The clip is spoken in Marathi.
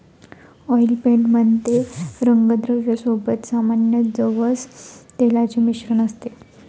ऑइल पेंट मध्ये रंगद्रव्या सोबत सामान्यतः जवस तेलाचे मिश्रण असते